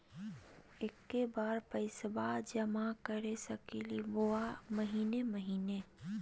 एके बार पैस्बा जमा कर सकली बोया महीने महीने?